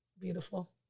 beautiful